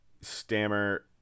Stammer